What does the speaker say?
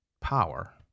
power